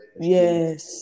Yes